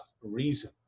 reason